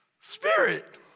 Spirit